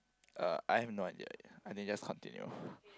uh I have not yet I think just continue